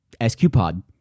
SQPod